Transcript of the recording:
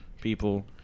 people